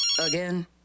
Again